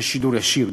כשיש שידור ישיר,